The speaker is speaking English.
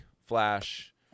Flash